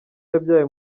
yabyaye